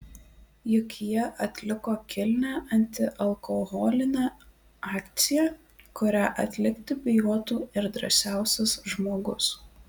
juk jie atliko kilnią antialkoholinę akciją kurią atlikti bijotų ir drąsiausias žmogus